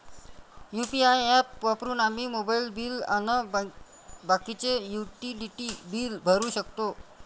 UPI app वापरून आम्ही mobile bill अन बाकीचे युटिलिटी बिल भरू शकतो